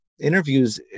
interviews